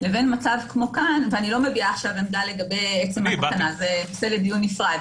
לבין מצב כמו כאן ואני לא מביעה עמדה זה נושא לדיון נפרד,